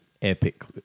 Epic